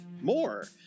more